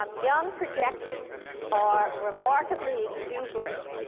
um young projections are remarkably exuberant.